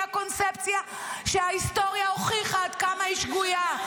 הקונספציה שההיסטוריה הוכיחה עד כמה היא שגויה.